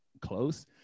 close